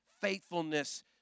faithfulness